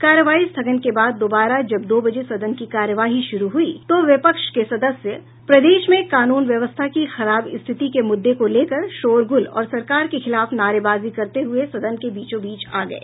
कार्यवाही स्थगन के बाद दोबारा जब दो बजे सदन की कार्यवाही शुरू हुई तो विपक्ष के सदस्य प्रदेश में कानून व्यवस्था की खराब स्थित के मुद्दे को लेकर शोरगुल और सरकार के खिलाफ नारेबाजी करते हुए सदन के बीचो बीच आ गये